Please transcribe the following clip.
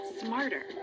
smarter